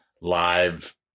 live